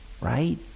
right